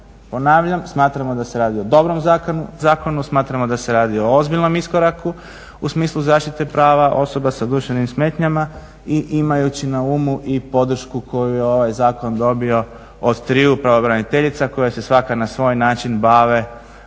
ponavljam, smatramo da se radi o dobrom zakonu, smatramo da se radi o ozbiljnom iskoraku u smislu zaštite prava osoba sa duševnim smetnjama i imajući na umu i podršku koju je ovaj zakon dobio od triju pravobraniteljica koja se svaka na svoj način bave ovom